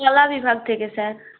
কলা বিভাগ থেকে স্যার